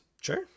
sure